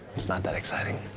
it's not that exciting.